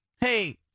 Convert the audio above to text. hey